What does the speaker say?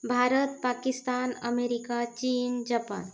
Bharat Pakistan America चीन Japan